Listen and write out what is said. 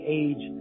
age